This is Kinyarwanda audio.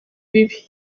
bibi